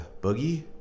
Boogie